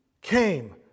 came